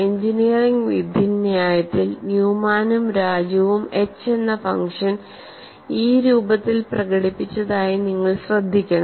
engineering വിധിന്യായത്തിൽ ന്യൂമാനും രാജുവും എച്ച് എന്ന ഫങ്ഷൻ ഈ രൂപത്തിൽ പ്രകടിപ്പിച്ചതായി നിങ്ങൾ ശ്രദ്ധിക്കണം